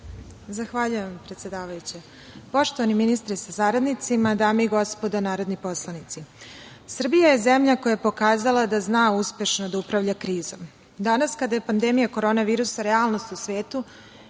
Zahvaljujem predsedavajuća. Poštovani ministre sa saradnicima, dame i gospodo narodni poslanici. Srbija je zemlja koja je pokazala da zna uspešno da upravlja krizom. Danas kada je pandemija korona virusa realnost u svetu